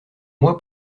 moi